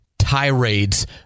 tirades